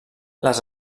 les